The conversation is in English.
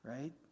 Right